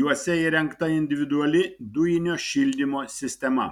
juose įrengta individuali dujinio šildymo sistema